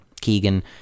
Keegan